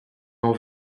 m’en